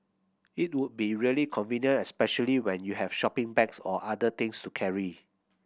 it would be really convenient especially when you have shopping bags or other things to carry